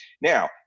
Now